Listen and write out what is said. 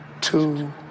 two